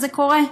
זה קורה.